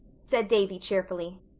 said davy cheerfully.